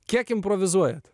kiek improvizuojat